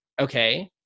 okay